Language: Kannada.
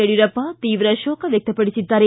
ಯಡಿಯೂರಪ ತೀವ್ರ ಶೋಕ ವ್ಯಕ್ತಪಡಿಸಿದ್ದಾರೆ